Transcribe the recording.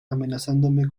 amenazándome